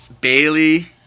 Bailey